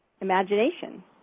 imagination